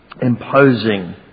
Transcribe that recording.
imposing